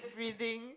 reading